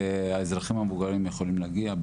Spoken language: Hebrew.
האזרחים המבוגרים יכולים להגיע,